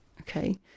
okay